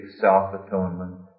self-atonement